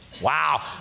Wow